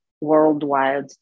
worldwide